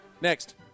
Next